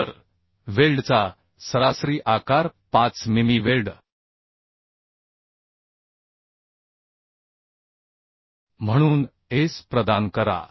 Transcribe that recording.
तर वेल्डचा सरासरी आकार 5 मिमी वेल्ड म्हणून S प्रदान करा